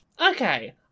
Okay